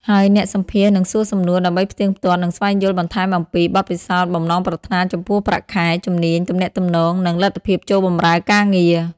ហើយអ្នកសម្ភាសន៍នឹងសួរសំណួរដើម្បីផ្ទៀងផ្ទាត់ និងស្វែងយល់បន្ថែមអំពី បទពិសោធន៍ បំណងប្រាថ្នាចំពោះប្រាក់ខែ ជំនាញទំនាក់ទំនង និងលទ្ធភាពចូលបម្រើការងារ។